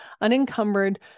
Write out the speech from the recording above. unencumbered